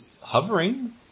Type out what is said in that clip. hovering